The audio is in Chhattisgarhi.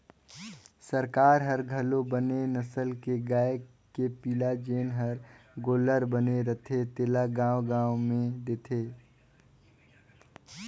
सरकार हर घलो बने नसल के गाय के पिला जेन हर गोल्लर बने रथे तेला गाँव गाँव में देथे